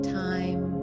time